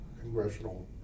congressional